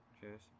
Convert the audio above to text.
Cheers